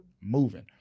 moving